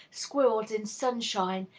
squirrels in sunshine,